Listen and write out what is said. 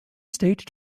state